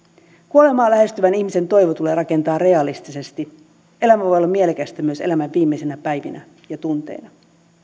kuolemaa lähestyvän ihmisen toivo tulee rakentaa realistisesti elämä voi olla mielekästä myös elämän viimeisinä päivinä ja tunteina